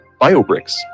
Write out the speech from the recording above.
biobricks